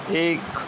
एक